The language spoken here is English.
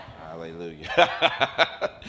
Hallelujah